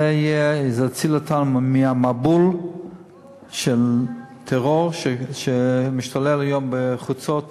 זה יציל אותנו מהמבול של הטרור שמשתולל היום בחוצות